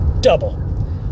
double